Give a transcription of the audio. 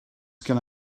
gen